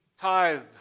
tithed